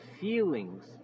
feelings